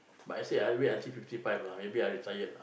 but actually I wait until fifty five lah maybe I retired